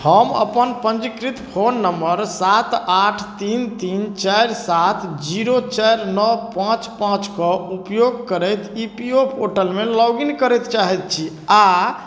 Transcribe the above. हम अपन पञ्जीकृत फोन नम्बर सात आठ तीन तीन चारि सात जीरो चारि नओ पाँच पाँचके उपयोग करैत ई पी एफ ओ पोर्टलमे लॉग इन करऽ चाहैत छी आओर